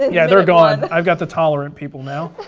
yeah, they're gone. i've got the tolerant people now.